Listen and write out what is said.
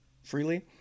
freely